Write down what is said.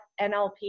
NLP